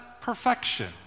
perfection